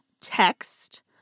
text